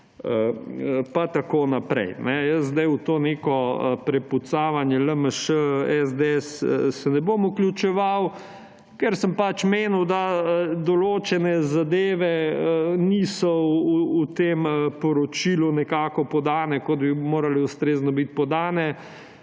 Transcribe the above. pa tako naprej. Jaz se zdaj v to neko prepucavanje LMŠ, SDS ne bom vključeval, ker sem pač menil, da določene zadeve niso v tem poročilu nekako podane, kot bi morale ustrezno biti podane.